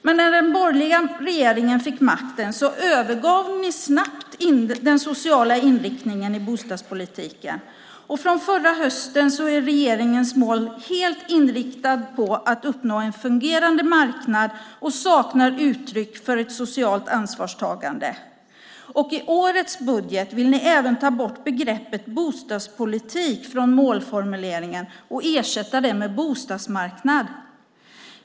Men när den borgerliga regeringen fick makten övergav ni snabbt den sociala inriktningen i bostadspolitiken, och från förra hösten är regeringens mål helt inriktat på att uppnå en fungerande marknad och saknar uttryck för ett socialt ansvarstagande. I årets budget vill ni även ta bort begreppet "bostadspolitik" från målformuleringen och ersätta det med "bostadsmarknad".